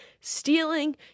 stealing